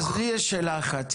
אז לי יש שאלה אחת.